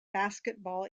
basketball